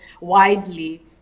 widely